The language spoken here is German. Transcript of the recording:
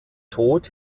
tod